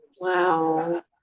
Wow